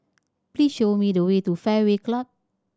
please show me the way to Fairway Club